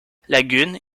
lagunes